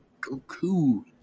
Goku